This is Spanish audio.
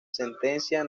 sentencia